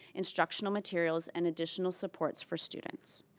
instructional materials, and additional supports for students.